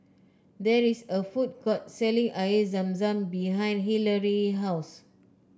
there is a food court selling Air Zam Zam behind Hilary's house